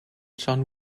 john